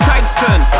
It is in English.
Tyson